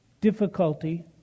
difficulty